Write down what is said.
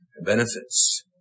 benefits